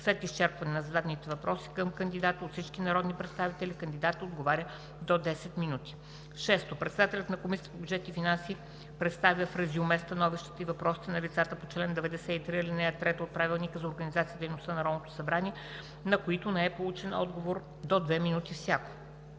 След изчерпване на зададените въпроси към кандидата от всички народни представители, кандидатът отговаря – до 10 минути. 6. Председателят на Комисията по бюджет и финанси представя в резюме становищата и въпросите на лицата по чл. 93, ал. 3 от Правилника за организацията и дейността на Народното събрание, на които не е получен отговор – до две минути всяко.